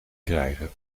krijgen